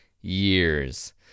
years